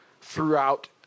throughout